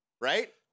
right